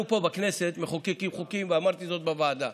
אנחנו פה בכנסת מחוקקים חוקים, ואמרתי זאת בוועדה,